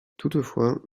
toutefois